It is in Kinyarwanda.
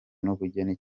n’ubugeni